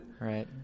Right